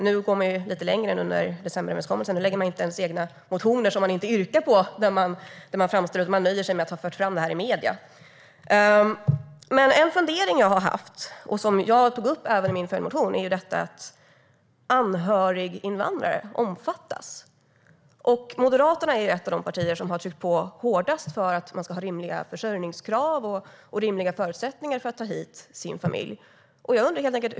Nu går man lite längre än under decemberöverenskommelsen och lägger inte ens egna motioner som man kan yrka bifall till, utan man nöjer sig med att föra fram det här i medierna. En fundering jag har haft, som jag även tog upp i min följdmotion, är detta att anhöriginvandrare omfattas. Moderaterna är ett av de partier som har tryckt på hårdast för att det ska vara rimliga försörjningskrav och rimliga förutsättningar för att man ska få ta hit sin familj.